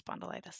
spondylitis